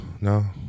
no